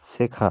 শেখা